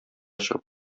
чыгып